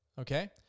okay